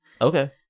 Okay